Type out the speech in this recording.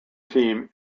team